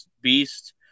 beast